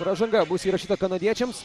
pražanga bus įrašyta kanadiečiams